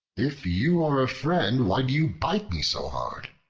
if you are a friend, why do you bite me so hard?